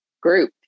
group